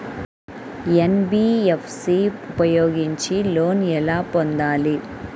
NBFC ఉపయోగించి loan ఎలా పొందాలి?